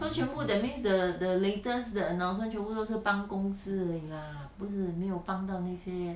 so 全部 that means the the latest the announcement 全部都是帮公司而已 lah 不是没有帮到那些